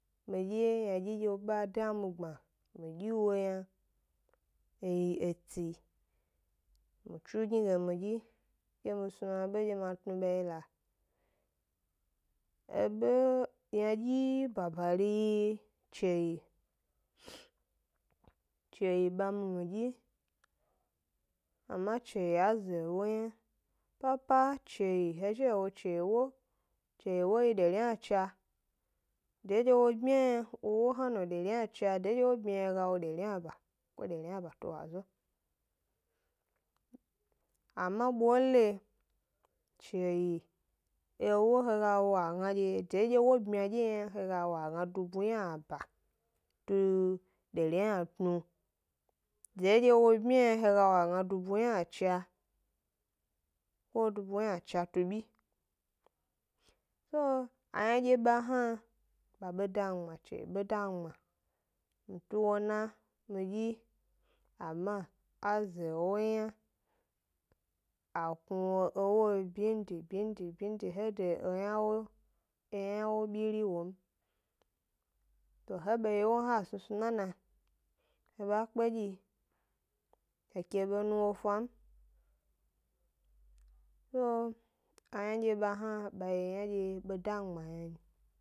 Midye ynadyi dye wo be a da mi gbma mi dyi wo yna, e yi etsi, mi chu gni ge mi dyi ke mi snu abe dye ma tnu ba ye la. Ebe ynadyi babari yi chewyi, chewyi ba mi mi dyi ama chewyi a ze ewo yna, papa chewyi he zhi he wo chewyi ewo, chewyi 'wo yi dari yna cha, de dye wo bmya yna wo 'wo hna no, dari yna cha de wo bmya m yna he ga wo dari yna ba ko dari ynaba tu wazo, ama bole chewyi ewo he ga wo a gna dye de dye wo byma dye m yna, he ga wo a gna dye dubu yna ba tu dari yna tnu, de dye wo bmya yna he ga wo a gna dubu yna cha ko dubu yna cha tu byi, so ayna dye ba hna, ba be da mi gbma, chewyi be da mi gbma mi tu wo 'na mi dyi ama a ze ewo yna, a knu wo ewo byindi byindi byindi he de yi eyna 'wo eyna 'wo byiri wo m, to he be yi 'wo m, ha snusnu nana, he ba kpe dyi, he ke be nu wo 'fa m, so aynandye ba hna ba yi ynandye ba da mi gbma yna n.